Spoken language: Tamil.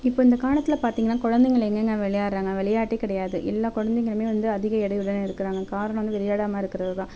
இப்போ இந்த காலத்தில் பார்த்திங்கனா குழந்தைங்கள் எங்கங்க விளையாடுகிறாங்க விளையாட்டே கிடையாது எல்லா குழந்தைங்களுமே வந்து அதிக எடையுடன் இருக்கிறாங்க காரணம் வந்து விளையாடமல் இருக்கிறது தான்